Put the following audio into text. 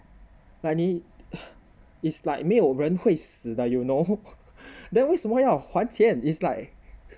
money is like 没有人会死的 you know then 为什么要还钱 is like